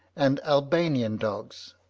and albanian dogs.